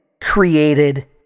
created